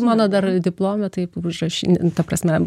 mano dar diplome taip užrašy n taip ta prasme